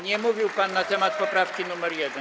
Nie mówił pan na temat poprawki nr 1.